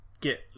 get